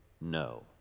no